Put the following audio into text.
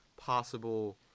possible